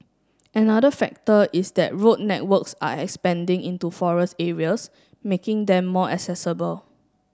another factor is that road networks are expanding into forest areas making them more accessible